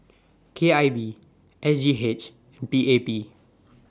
K I V S G H and P A P